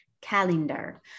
calendar